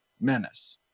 menace